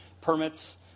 Permits